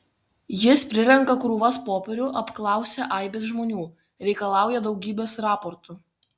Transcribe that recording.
jis prirenka krūvas popierių apklausia aibes žmonių reikalauja daugybės raportų